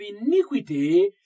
iniquity